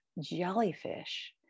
jellyfish